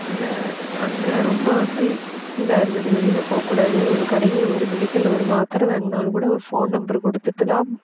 அங்கே அங்கே ரொம்ப வந்து இதாக இருந்துது வெளியில போக கூடாது ஒரு கடைகளில் ஒரு மெடிக்கலில் ஒரு மாத்தரை வாங்கினாலும் கூட ஒரு ஃபோன் நம்பர் கொடுத்துட்டு தான்